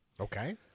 Okay